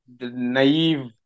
naive